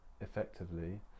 effectively